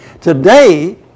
Today